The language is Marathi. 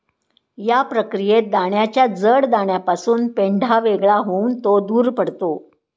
या प्रक्रियेत दाण्याच्या जड दाण्यापासून पेंढा वेगळा होऊन तो दूर पडतो